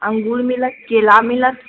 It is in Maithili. अँगूर मिलत केला मिलत